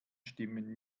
stimmen